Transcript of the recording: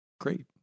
Great